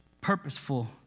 purposeful